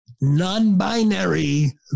non-binary